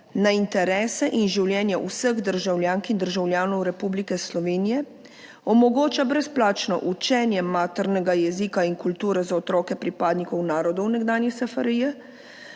na interese in življenja vseh državljank in državljanov Republike Slovenije, omogoča brezplačno učenje maternega jezika in kulture za otroke pripadnikov narodov nekdanje